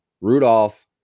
Rudolph